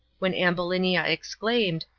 when ambulinia exclaimed,